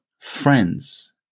friends